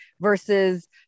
versus